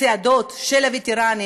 צעדות של הווטרנים,